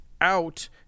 out